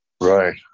right